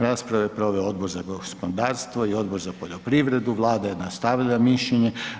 Raspravu je proveo Odbor za gospodarstvo i Odbor za poljoprivredu, Vlada je dostavila mišljenje.